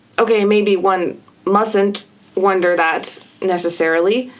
okay, maybe one mustn't wonder that necessarily